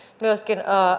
myöskin